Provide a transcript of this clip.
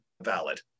valid